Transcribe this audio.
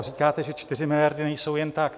Říkáte, že 4 miliardy nejsou jen tak.